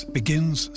begins